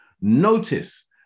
Notice